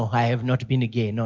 i have not been gay. you know